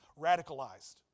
radicalized